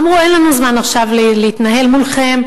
אמרו: אין לנו זמן עכשיו להתנהל מולכם,